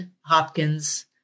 Hopkins